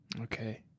Okay